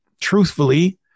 truthfully